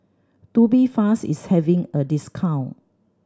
Tubifast is having a discount